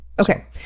okay